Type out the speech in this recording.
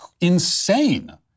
insane